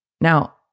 Now